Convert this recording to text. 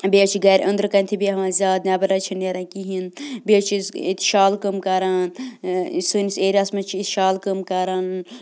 بیٚیہِ حظ چھِ گَرِ أنٛدرٕ کَنۍتھی بیٚہوان زیادٕ نٮ۪بَر حظ چھِنہٕ نیران کِہیٖنۍ بیٚیہِ حظ چھِ أسۍ ییٚتہِ شالہٕ کٲم کَران یِم سٲنِس ایریاہَس منٛز چھِ أسۍ شالہٕ کٲم کَران